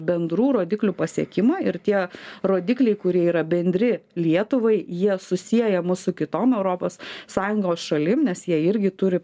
bendrų rodiklių pasiekimą ir tie rodikliai kurie yra bendri lietuvai jie susieja mus su kitom europos sąjungos šalim nes jie irgi turi